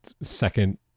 second